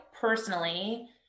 personally